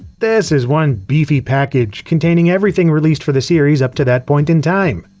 this is one beefy package, containing everything released for the series up to that point in time.